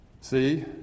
See